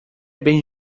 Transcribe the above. bem